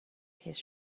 his